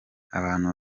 abantu